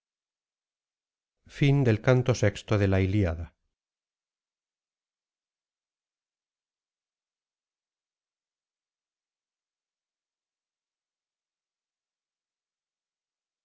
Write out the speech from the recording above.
cantor de la iliada